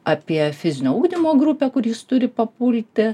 apie fizinio ugdymo grupę kur jis turi papulti